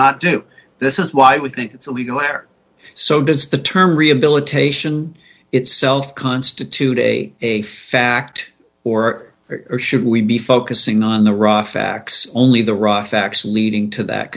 not do this is why we think it's illegal or so does the term rehabilitation itself constitute a fact or it or should we be focusing on the raw facts only the raw facts leading to that